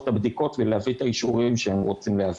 בדיקות ולהביא את האישורים שהם רוצים להביא.